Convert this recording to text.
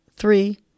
three